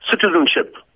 citizenship